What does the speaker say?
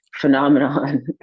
phenomenon